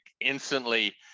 instantly